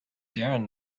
darren